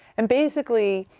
and basically,